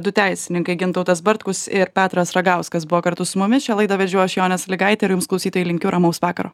du teisininkai gintautas bartkus ir petras ragauskas buvo kartu su mumis šią laidą vedžiau aš jonė sąlygaitė ir jums klausytojai linkiu ramaus vakaro